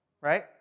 right